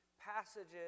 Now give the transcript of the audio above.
passages